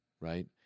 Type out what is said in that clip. right